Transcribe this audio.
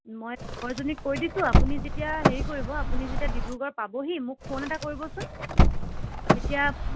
মই লগৰজনীক কৈ দিছোঁ আপুনি যেতিয়া হেৰি কৰিব আপুনি যেতিয়া ডিব্ৰুগড় পাবহি মোক ফোন এটা কৰিবচোন তেতিয়া